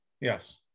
Yes